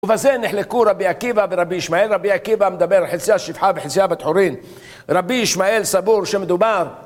ובזה נחלקו רבי עקיבא ורבי ישמעאל: רבי עקיבא מדבר חציה שפחה וחציה בת חורין. רבי ישמעאל סבור שמדובר...